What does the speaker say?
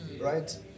right